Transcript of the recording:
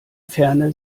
ferne